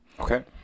Okay